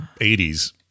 80s